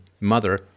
mother